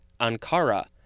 Ankara